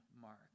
Mark